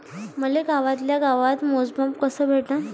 मले गावातल्या गावात मोजमाप कस भेटन?